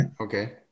okay